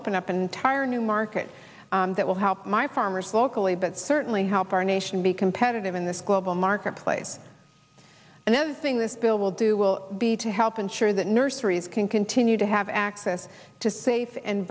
open up an entire new market that will help my farmers locally but certainly help our nation be competitive in this global marketplace and everything this bill will do will be to help ensure that nurseries can continue to have access to safe and